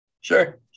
Sure